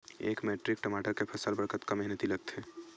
एक मैट्रिक टमाटर के फसल बर कतका मेहनती लगथे?